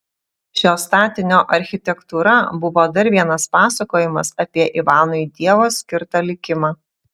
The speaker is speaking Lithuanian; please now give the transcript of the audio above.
šio statinio architektūra buvo dar vienas pasakojimas apie ivanui dievo skirtą likimą